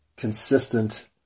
consistent